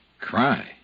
Cry